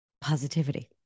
positivity